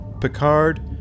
Picard